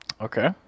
Okay